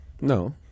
No